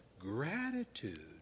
gratitude